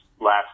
last